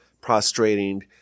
prostrating